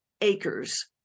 acres